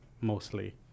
mostly